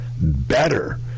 better